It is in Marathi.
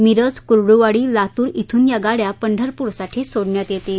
मिरज कुर्डुवाडी लातूर श्रून या गाड्या पंढरपूरसाठी सोडण्यात येतील